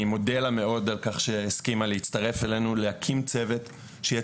אני מודה לה מאוד על כך שהיא הסכימה להצטרף אלינו להקים צוות שיהיה